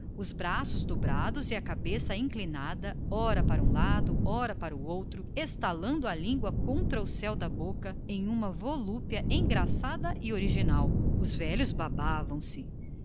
os braços dobrados e a cabeça inclinada ora para um lado ora para outro estalando a língua contra o céu da boca numa volúpia original e graciosa os velhos babavam se